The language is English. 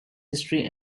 history